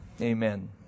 amen